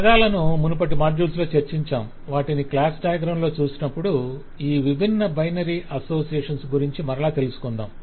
ఈ పదాలను మునుపటి మాడ్యూల్స్ లో చర్చించాము వాటిని క్లాస్ డయాగ్రమ్ లో చూసినప్పుడు ఈ విభిన్న బైనరీ అసోసియేషన్స్ గురించి మరల తెలుసుకొందాం